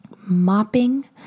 mopping